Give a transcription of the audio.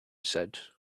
said